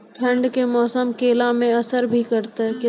ठंड के मौसम केला मैं असर भी करते हैं?